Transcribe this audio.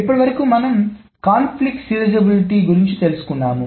ఇప్పటివరకు మనం సంఘర్షణ సీరియలైజబిలిటీ గురించి తెలుసుకున్నాము